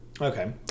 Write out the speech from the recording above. Okay